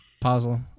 Puzzle